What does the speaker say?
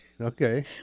Okay